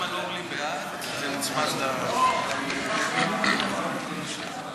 גם על אורלי בעד, זה הוצמד, מה יש לך,